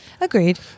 Agreed